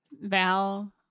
Val